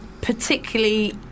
Particularly